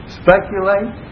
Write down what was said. speculate